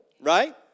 Right